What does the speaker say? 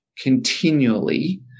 continually